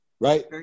right